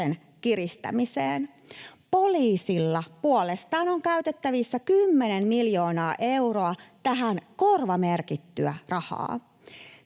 kiristämiseen. Poliisilla puolestaan on käytettävissään 10 miljoonaa euroa tähän korvamerkittyä rahaa.